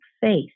faith